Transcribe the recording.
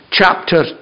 chapter